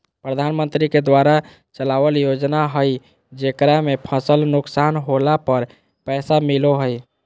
प्रधानमंत्री के द्वारा चलावल योजना हइ जेकरा में फसल नुकसान होला पर पैसा मिलो हइ